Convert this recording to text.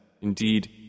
Indeed